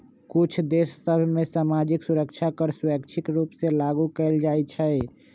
कुछ देश सभ में सामाजिक सुरक्षा कर स्वैच्छिक रूप से लागू कएल जाइ छइ